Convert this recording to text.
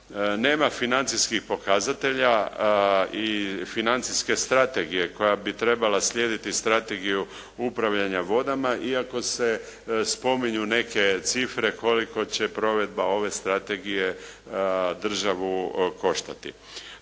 Nema financijskih pokazatelja i financijske strategije koja bi trebala slijediti strategiju upravljanja vodama iako se spominju neke cifre koliko će provedba ove strategije državu koštati.